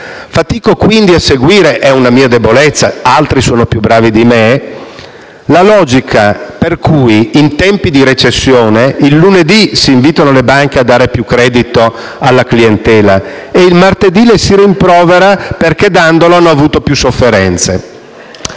Fatico, quindi, a seguire - è una mia debolezza, altri sono più bravi di me - la logica secondo cui, in tempi di recessione, il lunedì si invitano le banche a dare più credito alla clientela, e il martedì le si rimprovera perché, dandolo, hanno avuto più sofferenze.